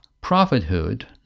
prophethood